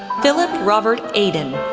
philip robert aden,